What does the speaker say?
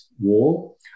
wall